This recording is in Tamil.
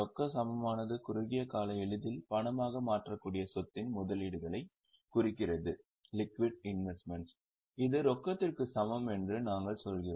ரொக்க சமமானது குறுகிய கால எளிதில் பணமாக மாற்றக்கூடிய சொத்தின் முதலீடுகளைக் குறிக்கிறது இது ரொக்கத்திற்கு சமம் என்று நாங்கள் சொல்கிறோம்